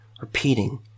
repeating